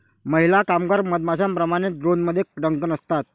महिला कामगार मधमाश्यांप्रमाणे, ड्रोनमध्ये डंक नसतात